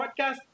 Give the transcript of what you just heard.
Podcast